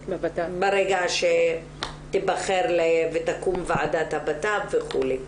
ברגע שתיבחר ותקום ועדת הבט"פ וכולי.